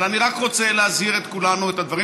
אבל אני רק רוצה להזהיר את כולנו: הדברים